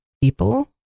people